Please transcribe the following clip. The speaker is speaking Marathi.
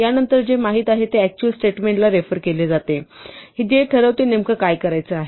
यानंतर जे माहित आहे ते अक्चुअल स्टेटमेंटला रेफेर केले जाते जे ठरवते नेमकं काय करायचे आहे